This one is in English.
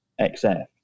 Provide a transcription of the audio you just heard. XF